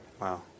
Wow